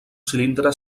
cilindre